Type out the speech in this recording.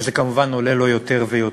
וזה כמובן עולה לו יותר ויותר.